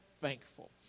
thankful